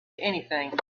anything